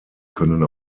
können